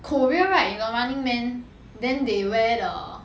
korea right in the running man then they wear the